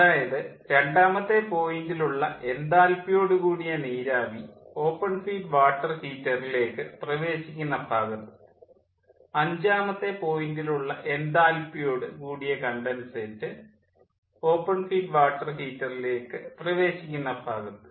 അതായത് രണ്ടാമത്തെ പോയിൻ്റിലുള്ള എൻതാൽപ്പിയോടു കൂടിയ നീരാവി ഓപ്പൺ ഫീഡ് വാട്ടർ ഹീറ്ററിലേക്ക് പ്രവേശിക്കുന്ന ഭാഗത്ത് അഞ്ചാമത്തെ പോയിൻ്റിലുള്ള എൻതാൽപ്പിയോടു കൂടിയ കണ്ടൻസേറ്റ് ഓപ്പൺ ഫീഡ് വാട്ടർ ഹീറ്ററിലേക്ക് പ്രവേശിക്കുന്ന ഭാഗത്ത്